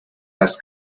las